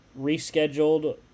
rescheduled